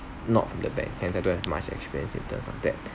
not from the bank hence I don't have much experience in terms of that